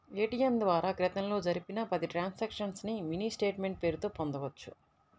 ATM ద్వారా క్రితంలో జరిపిన పది ట్రాన్సక్షన్స్ ని మినీ స్టేట్ మెంట్ పేరుతో పొందొచ్చు